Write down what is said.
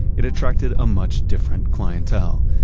it attracted a much different clientele.